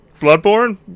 Bloodborne